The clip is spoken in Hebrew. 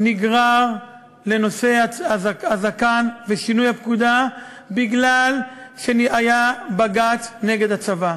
נגרר לנושא הזקן ושינוי הפקודה מפני שהיה בג"ץ נגד הצבא.